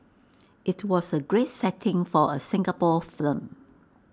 IT was A great setting for A Singapore film